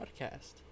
podcast